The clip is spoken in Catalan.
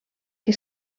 que